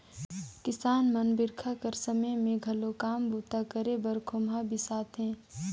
किसान मन बरिखा कर समे मे घलो काम बूता करे बर खोम्हरा बेसाथे